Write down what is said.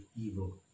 evil